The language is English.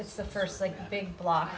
it's the first like big block